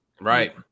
Right